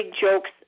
jokes